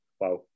Wow